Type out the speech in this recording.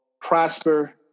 prosper